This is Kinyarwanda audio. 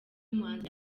umuhanzi